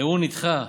הערעור נדחה,